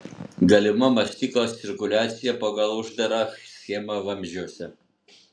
galima mastikos cirkuliacija pagal uždarą schemą vamzdžiuose